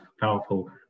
powerful